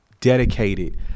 Dedicated